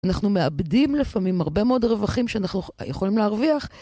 אנחנו מאבדים לפעמים הרבה מאוד רווחים שאנחנו יכולים להרוויח.